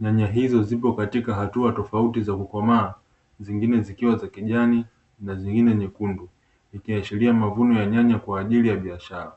Nyanya hizo zipo katika hatua tofauti za kukomaa, zingine zikiwa za kijani na zingine nyekundu. Zikiashiria mavuno ya nyanya kwa ajili ya biashara.